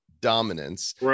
dominance